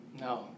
No